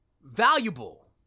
valuable